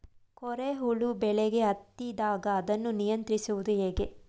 ಕೋರೆ ಹುಳು ಬೆಳೆಗೆ ಹತ್ತಿದಾಗ ಅದನ್ನು ನಿಯಂತ್ರಿಸುವುದು ಹೇಗೆ?